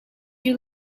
you